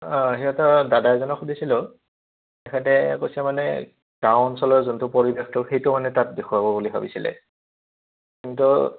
অঁ সিহঁতৰ দাদা এজনক সুধিছিলোঁ তেখেতে কৈছে মানে গাঁও অঞ্চলৰ যোনটো পৰিৱেশটো সেইটো মানে তাত দেখুৱাব বুলি ভাবিছিলে কিন্তু